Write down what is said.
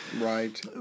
Right